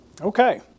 Okay